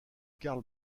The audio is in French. karl